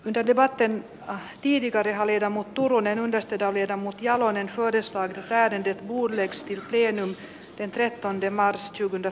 mikäli varten nähtiin itärajalle ja muut turunen on pestata viedä mut jalonen todistaa täydentyy vuoden teksti ei enää entrecon de mars jupiter